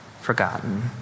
forgotten